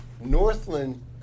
Northland